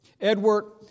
Edward